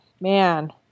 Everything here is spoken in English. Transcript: man